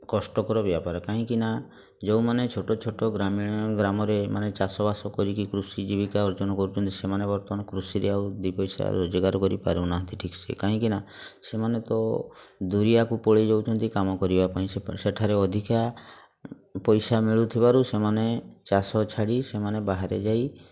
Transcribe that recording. କଷ୍ଟକର ବ୍ୟାପାର କାହିଁକିନା ଯେଉଁମାନେ ଛୋଟ ଛୋଟ ଗ୍ରାମୀଣ ଗ୍ରାମରେ ମାନେ ଚାଷବାସ କରିକି କୃଷି ଜୀବିକା ଅର୍ଜନ କରୁଛନ୍ତି ସେମାନେ ବର୍ତ୍ତମାନ କୃଷିରେ ଆଉ ଦୁଇ ପଇସା ରୋଜଗାର କରିପାରୁନାହାଁନ୍ତି ଠିକ୍ସେ କାହିଁକିନା ସେମାନେ ତ ଦୂରିଆକୁ ପଳେଇ ଯାଉଛନ୍ତି କାମ କରିବା ପାଇଁ ସେଠାରେ ଅଧିକା ପଇସା ମିଳୁଥିବାରୁ ସେମାନେ ଚାଷ ଛାଡ଼ି ସେମାନେ ବାହାରେ ଯାଇ